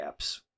apps